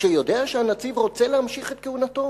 כשיודע שהנציב רוצה להמשיך את כהונתו